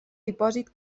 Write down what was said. dipòsit